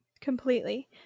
Completely